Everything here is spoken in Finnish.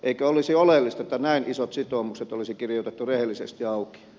eikö olisi oleellista että näin isot sitoumukset olisi kirjoitettu rehellisesti auki